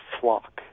flock